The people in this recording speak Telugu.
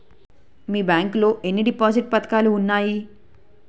మీ బ్యాంక్ లో ఎన్ని డిపాజిట్ పథకాలు ఉన్నాయి?